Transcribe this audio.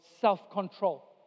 self-control